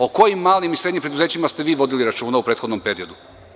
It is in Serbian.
O kojim malim i srednjim preduzećima ste vi vodili računa u prethodnom periodu?